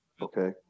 Okay